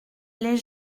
les